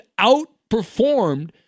outperformed